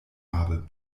habe